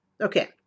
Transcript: Okay